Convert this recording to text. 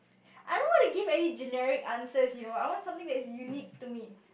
I don't want to give any generic answers you know I want something that is unique to me